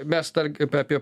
mes dar apie